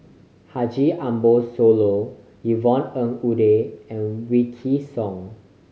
Haji Ambo Sooloh Yvonne Ng Uhde and Wykidd Song